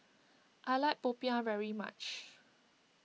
I like Popiah very much